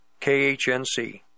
KHNC